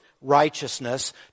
righteousness